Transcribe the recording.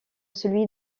celui